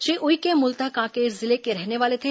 श्री उइके मूलतः कांकेर जिले के रहने वाले थे